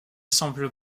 semble